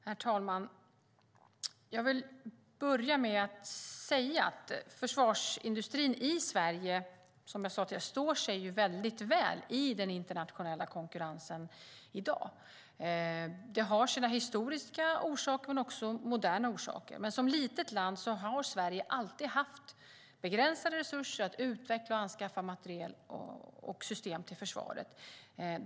Herr talman! Jag vill börja med att säga att försvarsindustrin i Sverige står sig väldigt väl i den internationella konkurrensen i dag. Det har sina historiska men också nutida orsaker. Men som ett litet land har Sverige alltid haft begränsade resurser att utveckla och anskaffa materiel och system till försvaret.